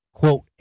quote